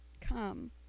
come